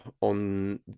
on